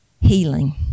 healing